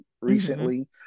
recently